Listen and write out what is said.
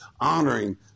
honoring